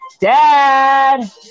Dad